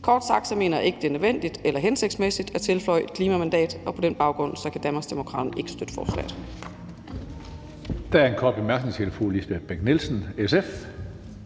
Kort sagt mener jeg ikke, det er nødvendigt eller hensigtsmæssigt at tilføje et klimamandat, og på den baggrund kan Danmarksdemokraterne ikke støtte forslaget.